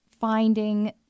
finding